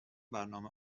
برنامه